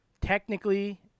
Technically